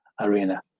arena